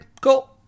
cool